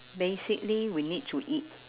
basically we need to eat